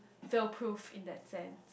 fail proof in that sense